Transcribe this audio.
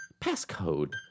passcode